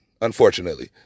Unfortunately